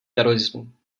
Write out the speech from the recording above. terorismu